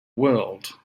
world